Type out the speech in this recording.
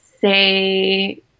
say